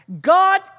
God